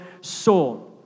soul